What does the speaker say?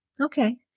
Okay